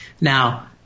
Now